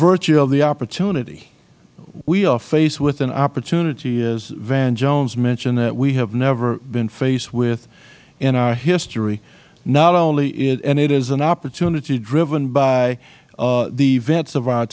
virtue of the opportunity we are faced with an opportunity as van jones mentioned that we have never been faced within our history not only and it is an opportunity driven by the events of our